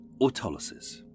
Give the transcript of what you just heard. autolysis